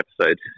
episode